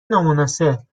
نامناسب